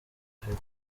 afite